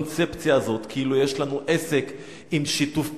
הקונספציה הזו, כאילו יש לנו עסק עם שיתוף פעולה,